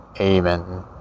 Amen